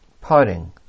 parting